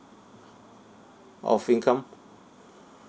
of income